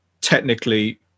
Technically